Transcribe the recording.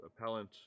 appellant